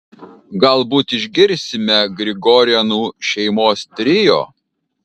galbūt išgirsime grigorianų šeimos trio